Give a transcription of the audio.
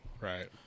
Right